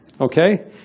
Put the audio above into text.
Okay